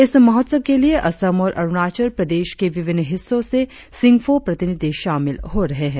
इस महोत्सव के लिए असम और अरुणाचल प्रदेश के विभिन्न हिस्सो से सिंगफो प्रतिनिधि शामिल हो रहे है